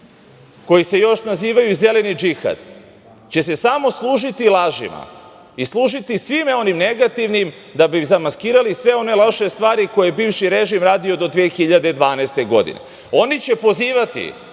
koji se još nazivaju - zeleni džihad, oni će se samo služiti lažima i služiti svime onim negativnim da bi zamaskirali sve one loše stvari koje je bivši režim radio do 2012. godine. Oni će pozivati